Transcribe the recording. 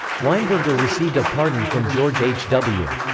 weinberger received a pardon from george h. w.